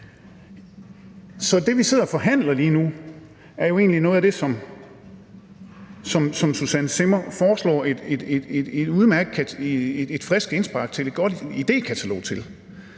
Så det, vi sidder og forhandler lige nu, er jo egentlig noget af det, som Susanne Zimmer foreslår som et frisk indspark til idékataloget.